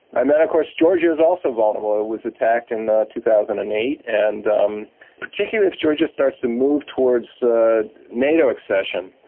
and then of course georgia is also vulnerable. it was attacked in two thousand and eight, and um particularly if georgia starts to move towards nato accession,